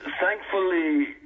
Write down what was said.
thankfully